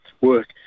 work